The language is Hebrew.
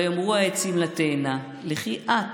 ויאמרו העצים לתאנה: לכי את,